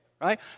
right